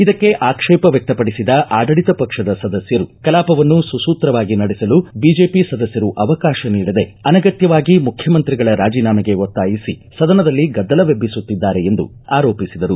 ಇದಕ್ಕೆ ಆಕ್ಷೇಪ ವ್ಯಕ್ತಪಡಿಸಿದ ಆಡಳಿತ ಪಕ್ಷದ ಸದಸ್ಯರು ಕಲಾಪವನ್ನು ಸುಸೂತ್ರವಾಗಿ ನಡೆಸಲು ಬಿಜೆಪಿ ಸದಸ್ಯರು ಅವಕಾಶ ನೀಡದೆ ಅನಗತ್ಯವಾಗಿ ಮುಖ್ಯಮಂತ್ರಿಗಳ ರಾಜನಾಮೆಗೆ ಒತ್ತಾಯಿಸಿ ಸದನದಲ್ಲಿ ಗದ್ದಲವೆಬ್ಬಿಸುತ್ತಿದ್ದಾರೆ ಎಂದು ಆರೋಪಿಸಿದರು